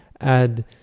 add